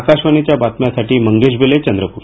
आकाशवाणी बातम्यांसाठी मंगेश बेले चंद्रपूर